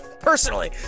Personally